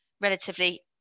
relatively